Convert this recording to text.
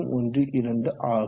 012 ஆகும்